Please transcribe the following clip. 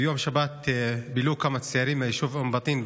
ביום שבת בילו כמה צעירים מהיישוב אום בטין בנגב,